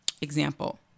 example